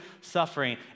suffering